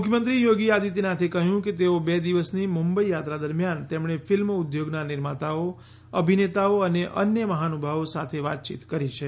મુખ્યમંત્રી યોગી આદિત્યનાથે કહ્યું કે તેઓ બે દિવસની મુંબઇ યાત્રા દરમિયાન તેમણે ફિલ્મ ઉદ્યોગના નિર્માતાઓ અભિનેતાઓ અને અન્ય મહાનુભાવો સાથે વાતચીત કરી છે